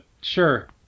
sure